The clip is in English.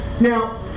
Now